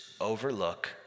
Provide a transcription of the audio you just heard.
overlook